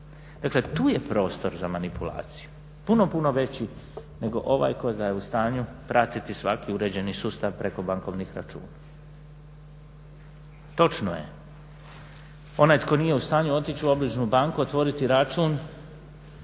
Dakle, tu je prostor za manipulaciju puno, puno veći nego ovaj kojega je u stanju pratiti svaki uređeni sustav preko bankovnih računa. Točno je onaj tko nije u stanju otići u obližnju banku, otvoriti račun,